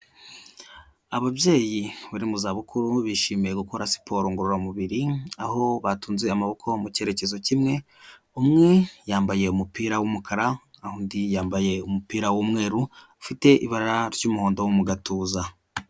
Ababyeyi bari mu zabukuru bishimiye gukora siporo ngororamubiri aho batunze amaboko mu cyerekezo kimwe, umwe yambaye umupira w'umukara naho undi yambaye umupira w'umweru ufite ibara ry'umuhondo mu gatuza.